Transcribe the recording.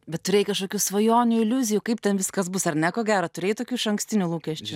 bet turėjai kašokių svajonių iliuzijų kaip ten viskas bus ar ne ko gero turėjai tokių išankstinių lūkesčių